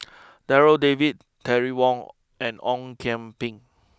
Darryl David Terry Wong and Ong Kian Peng